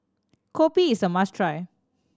kopi is a must try